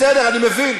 בסדר, אני מבין.